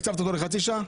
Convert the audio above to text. הקצבת אותו לחצי שעה?